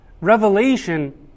revelation